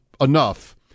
enough